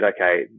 okay